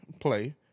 play